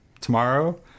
tomorrow